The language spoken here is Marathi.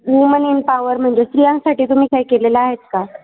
वूमन एमपावर म्हणजे स्त्रियांसाठी तुम्ही काय केलेला आहेत का